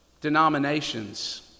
denominations